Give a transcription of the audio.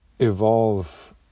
evolve